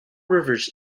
rivers